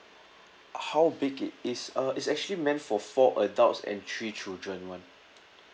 how big it is uh it's actually meant for four adults and three children [one]